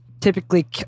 typically